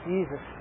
Jesus